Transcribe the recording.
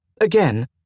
Again